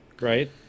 Right